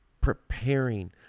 preparing